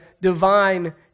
divine